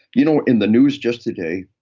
you know, in the news just today,